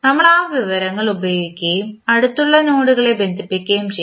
നമ്മൾ ആ വിവരങ്ങൾ ഉപയോഗിക്കുകയും അടുത്തുള്ള നോഡുകളെ ബന്ധിപ്പിക്കുകയും ചെയ്യും